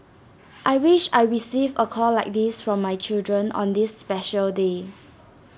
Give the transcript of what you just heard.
I wish I receive A call like this from my children on this special day